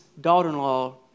daughter-in-law